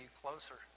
closer